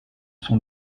sont